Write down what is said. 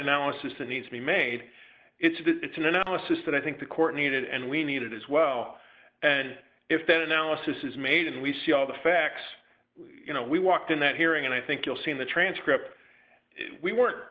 analysis that needs to be made it's an analysis that i think the court needed and we need it as well and if that analysis is made and we see all the facts you know we walked in that hearing and i think you'll see in the transcript we were